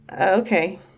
okay